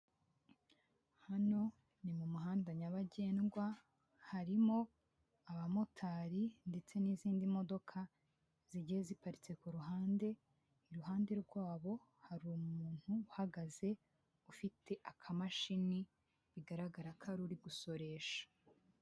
Hano ni mu muhanda nyabagendwa harimo abamotari, ndetse n'izindi modoka zigiye ziparitse ku ruhande, iruhande rwabo hari umuntu uhagaze ufite akamashini, bigaragara ko ari umusoresha.